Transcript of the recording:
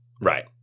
Right